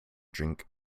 drink